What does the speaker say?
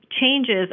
changes